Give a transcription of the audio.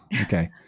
Okay